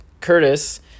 Curtis